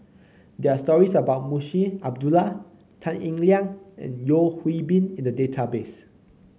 there are stories about Munshi Abdullah Tan Eng Liang and Yeo Hwee Bin in the database